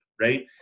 right